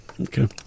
Okay